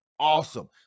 awesome